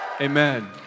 Amen